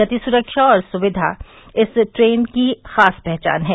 गति सुरक्षा और सुविधा इस नई ट्रेन की खास पहचान है